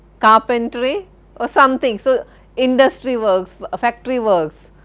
carpentry or something. so industry works, factory works,